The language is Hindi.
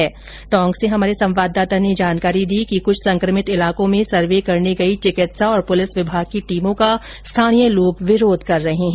इधर टोंक से हमारे संवाददाता ने जानकारी दी कि कुछ संकमित इलाकों में सर्वे करने गयी चिकित्सा और पुलिस विभाग की टीमों का स्थानीय लोग विरोध कर रहे हैं